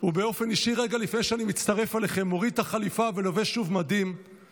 רגע לפני שאני נועל את המליאה,